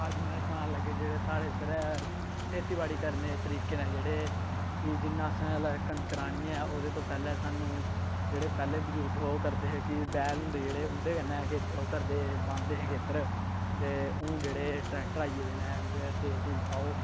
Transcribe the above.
अज्ज में सनान लग्गे जेह्ड़े साढ़े इद्धर खेतीबाड़ी करने दे तरीके न जेह्ड़े कि जियां असें कनक राह्नी ऐ ओह्दे तो पैह्लें सानूं जेह्ड़े पैह्ले बजुर्ग हे ओह् करदे हे कि बैल होंदे जेह्ड़े उं'दे कन्नै ओह् करदे हे बांह्दे हे खेत्तर ते हून जेह्ड़े ट्रैक्टर आई गेदे न उं'दे च तेल तूल पाओ